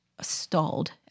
stalled